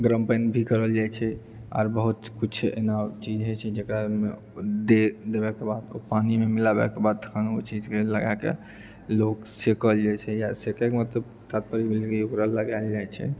गरम पानिभी करल जाइत छै आर बहुत किछु एना चीज होइत छै जेकरामे दे देबएके बाद ओ पानिमे मिलाबेके बाद तहन ओ चीजके लगाएके लोक सेकल जाइत छै या सेकएके मतलब तात्पर्य भेल कि ओकरा लगाएल जाइत छै